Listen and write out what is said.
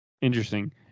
Interesting